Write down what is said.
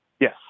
Yes